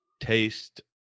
taste